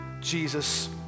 Jesus